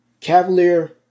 Cavalier